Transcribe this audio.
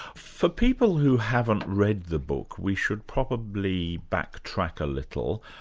for people who haven't read the book, we should probably backtrack a little.